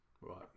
Right